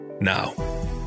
Now